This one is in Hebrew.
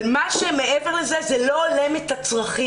אבל מה שמעבר לזה זה לא הולם את הצרכים,